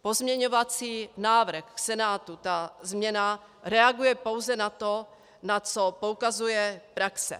Pozměňovací návrh Senátu, ta změna, reaguje pouze na to, na co poukazuje praxe.